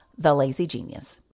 TheLazyGenius